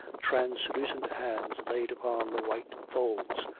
translucent hands laid upon the white folds.